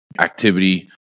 activity